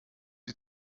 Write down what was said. die